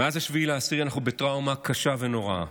מאז 7 באוקטובר אנחנו בטראומה קשה ונוראה: